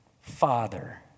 Father